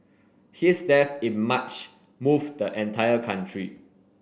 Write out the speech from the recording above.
his death in March moved the entire country